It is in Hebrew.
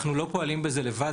אנחנו לא פה פועלים בזה לבד,